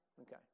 Okay